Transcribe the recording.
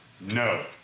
no